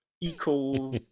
eco